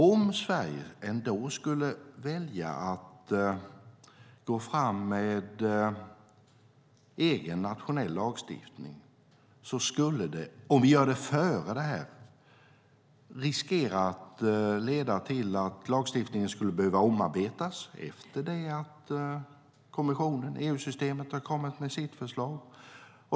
Om Sverige ändå skulle välja att gå fram med egen nationell lagstiftning, innan EU-kommissionens rapport kommer, skulle det riskera att leda till att lagstiftningen skulle behöva omarbetas efter att EU-kommissionen har kommit med sitt förslag.